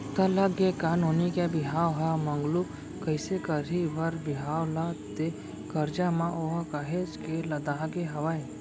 त लग गे का नोनी के बिहाव ह मगलू कइसे करही बर बिहाव ला ते करजा म ओहा काहेच के लदागे हवय